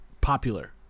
popular